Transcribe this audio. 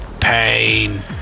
pain